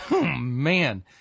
Man